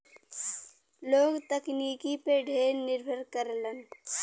लोग तकनीकी पे ढेर निर्भर करलन